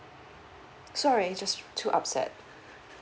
sorry just too upset